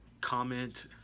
comment